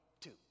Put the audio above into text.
two